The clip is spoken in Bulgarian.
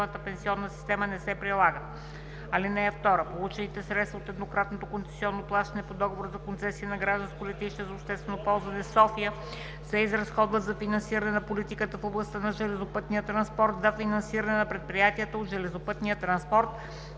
(2) Получените средства от еднократното концесионно плащане по Договора за концесия на „Гражданско летище за обществено ползване София“ се изразходват за финансиране на политиката в областта на железопътния транспорт, за финансиране на предприятията от железопътния транспорт